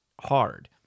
hard